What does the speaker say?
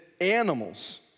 animals